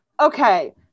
Okay